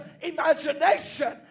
imagination